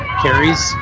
carries